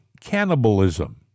cannibalism